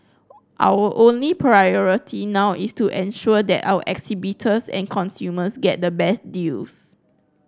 our only priority now is to ensure that our exhibitors and consumers get the best deals